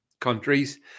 countries